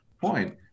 point